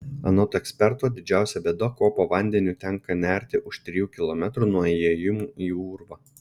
anot eksperto didžiausia bėda ko po vandeniu tenka nerti už trijų kilometrų nuo įėjimo į urvą